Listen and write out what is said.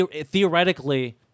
theoretically